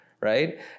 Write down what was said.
right